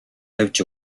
тавьж